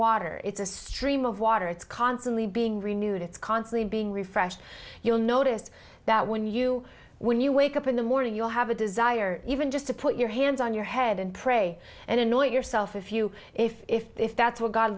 water it's a stream of water it's constantly being renewed it's constantly being refresh you'll notice that when you when you wake up in the morning you'll have a desire even just to put your hands on your head and pray and annoy yourself if you if if if that's wh